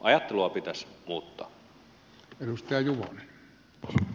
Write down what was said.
ajattelua pitäisi muuttaa